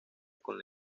con